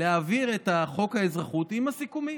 להעביר את חוק האזרחות עם הסיכומים.